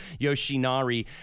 Yoshinari